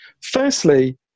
Firstly